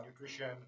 nutrition